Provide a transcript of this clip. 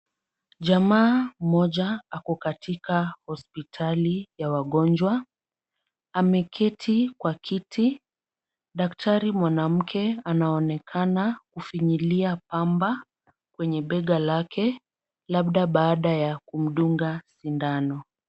Jamaa mmoja ako katika hospitali ya wagonjwa ameketi kwa kiti daktari mwanamke anaonekana kufinyilia pamba kwenye bega lake labda baada ya kumduga sindano.